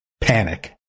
Panic